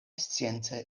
science